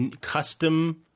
custom